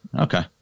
okay